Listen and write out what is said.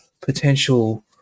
potential